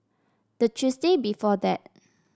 the Tuesday before that